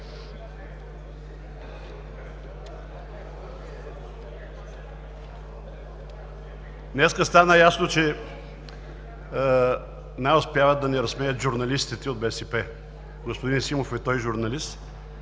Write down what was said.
Днес стана ясно, че най-успяват да ни разсмеят журналистите от БСП. Господин Симов и той е журналист.